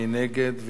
מי נגד?